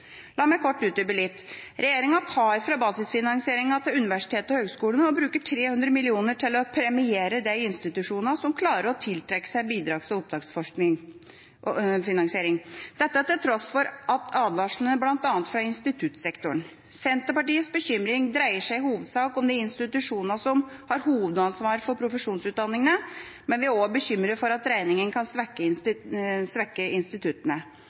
La meg kort utdype litt: Regjeringa tar fra basisfinansieringen til universitetene og høyskolene og bruker 300 mill. kr til å premiere de institusjonene som klarer å tiltrekke seg bidrags- og oppdragsfinansiering – dette til tross for advarslene bl.a. fra instituttsektoren. Senterpartiets bekymring dreier seg i hovedsak om de institusjonene som har hovedansvaret for profesjonsutdanningene, men vi er også bekymret for at dreiningen kan svekke